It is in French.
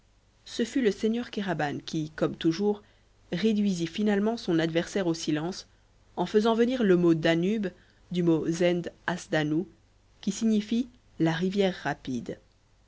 ce fut le seigneur kéraban qui comme toujours réduisit finalement son adversaire au silence en faisant venir le mot danube du mot zend asdanu qui signifie la rivière rapide